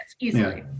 easily